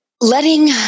letting